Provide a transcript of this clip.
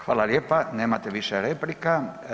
Hvala lijepa, nemate više replika.